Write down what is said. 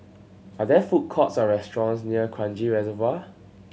are there food courts or restaurants near Kranji Reservoir